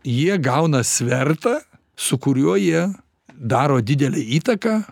jie gauna svertą su kuriuo jie daro didelę įtaką